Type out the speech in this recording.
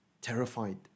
terrified